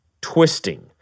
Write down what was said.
Twisting